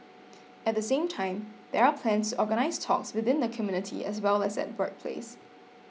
at the same time there are plans organise talks within the community as well as at workplace